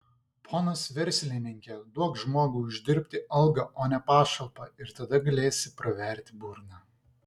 ponas verslininke duok žmogui uždirbti algą o ne pašalpą ir tada galėsi praverti burną